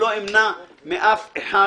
לא אמנע מאף אחד